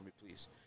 please